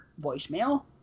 voicemail